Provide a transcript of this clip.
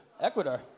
Ecuador